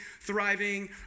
thriving